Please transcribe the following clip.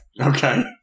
Okay